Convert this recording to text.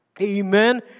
Amen